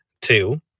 Two